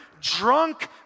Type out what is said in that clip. drunk